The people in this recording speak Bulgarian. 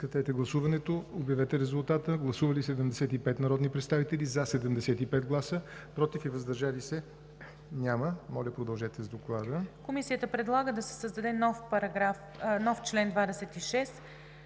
Комисията предлага да се създаде нов чл. 26: